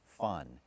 fun